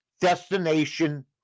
destination